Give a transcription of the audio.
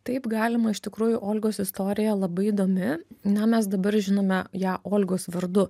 taip galima iš tikrųjų olgos istorija labai įdomi na mes dabar žinome ją olgos vardu